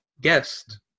Guest